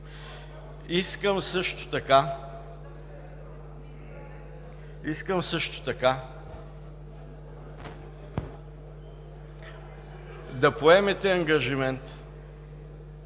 Искам също така да поемете ангажимент